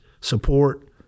support